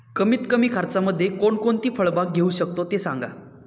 कमीत कमी खर्चामध्ये कोणकोणती फळबाग घेऊ शकतो ते सांगा